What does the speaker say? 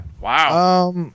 Wow